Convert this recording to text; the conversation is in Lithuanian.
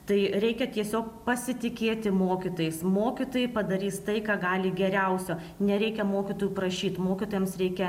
tai reikia tiesiog pasitikėti mokytojais mokytojai padarys tai ką gali geriausio nereikia mokytojų prašyt mokytojams reikia